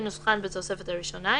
כנוסחן בתוספת הראשונה,